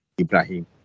Ibrahim